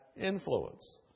influence